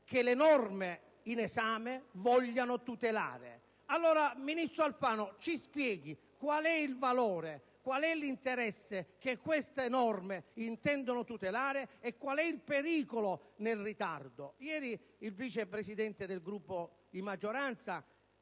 che le norme in esame vogliono tutelare. Ministro Alfano, ci spieghi qual è il valore o l'interesse che queste norme intendono tutelare e qual è il pericolo nel ritardo. Ieri il Vice Presidente del Gruppo di maggioranza,